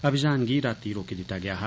अभियान गी राती रोकी दित्ता गेया ऐ